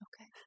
Okay